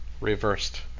reversed